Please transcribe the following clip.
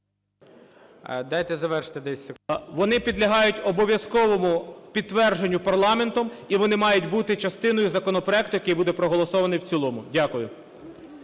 Вони підлягають обов'язковому підтвердженню парламентом, і вони мають бути частиною законопроекту, який буде проголосований в цілому. Дякую.